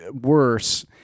worse